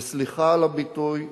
וסליחה על הביטוי,